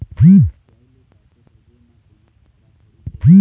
UPI ले पैसे भेजे म कोन्हो खतरा थोड़ी हे?